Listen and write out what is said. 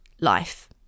life